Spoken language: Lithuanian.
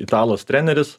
italas treneris